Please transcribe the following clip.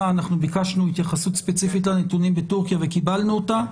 אנחנו ביקשנו התייחסות ספציפית לנתונים בטורקיה וקיבלנו אותה,